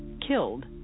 killed